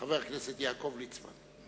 חבר הכנסת יעקב ליצמן.